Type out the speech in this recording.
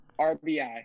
rbi